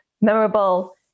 memorable